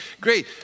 great